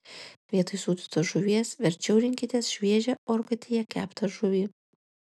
vietoj sūdytos žuvies verčiau rinkitės šviežią orkaitėje keptą žuvį